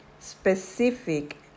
specific